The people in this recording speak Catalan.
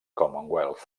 commonwealth